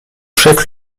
chef